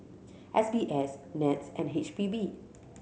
S B S NETS and H P B